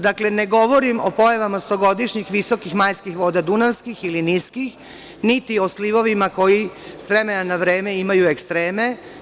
Dakle, ne govorim o pojavama stogodišnjih visokih majskih voda dunavskih ili niskih niti o slivovima s vremena na vreme imaju ekstreme.